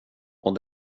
och